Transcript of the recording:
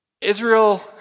Israel